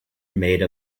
made